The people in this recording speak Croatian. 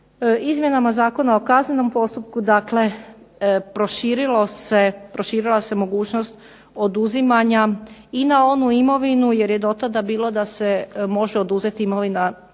Izmjenama Zakona o kaznenom postupku, dakle proširila se mogućnost oduzimanja i na onu imovinu jer je do tada bilo da se može oduzeti imovina stečena